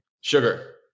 Sugar